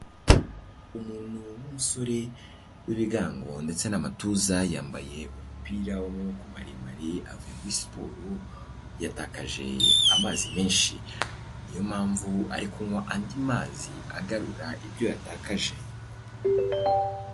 Umuntu w'umusore w'ibigango, ndetse n'amatuza yambaye umupira w'amaboko maremare, avuye muri siporo yatakaje amazi menshi, ni yo mpamvu ari kunywa andi mazi agarura ibyo yatakaje.